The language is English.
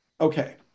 Okay